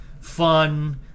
fun